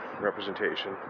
representation